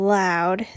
loud